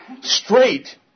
Straight